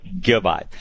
Goodbye